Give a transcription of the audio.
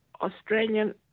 Australian